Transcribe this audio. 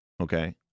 Okay